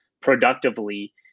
productively